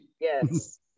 Yes